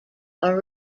are